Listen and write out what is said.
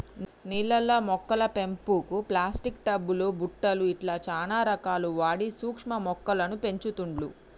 నీళ్లల్ల మొక్కల పెంపుకు ప్లాస్టిక్ టబ్ లు బుట్టలు ఇట్లా చానా రకాలు వాడి సూక్ష్మ మొక్కలను పెంచుతుండ్లు